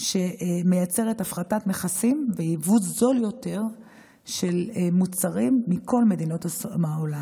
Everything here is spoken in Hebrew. שמייצרת הפחתת מכסים ביבוא זול יותר של מוצרים מכל מדינות העולם.